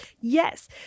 Yes